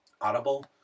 Audible